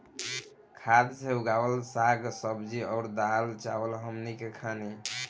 खाद से उगावल साग सब्जी अउर दाल चावल हमनी के खानी